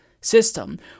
system